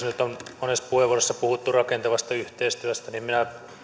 nyt on monessa puheenvuorossa puhuttu rakentavasta yhteistyöstä niin minä